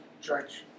Church